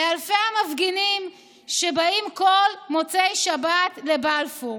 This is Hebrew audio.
לאלפי המפגינים שבאים כל מוצאי שבת לבלפור: